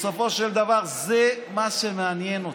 בסופו של דבר זה מה שמעניין אתכם,